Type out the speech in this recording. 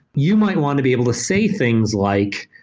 you might want to be able to say things like,